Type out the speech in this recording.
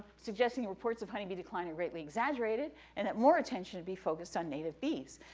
suggesting reports of honeybee decline are greatly exaggerated and that more attention should be focused on native bees.